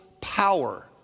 power